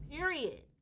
Period